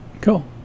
Cool